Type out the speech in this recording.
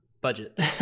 budget